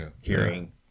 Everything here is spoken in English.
hearing